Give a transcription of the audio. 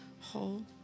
whole